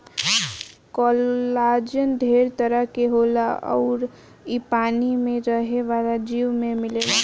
collagen ढेर तरह के होला अउर इ पानी में रहे वाला जीव में मिलेला